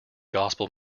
gospel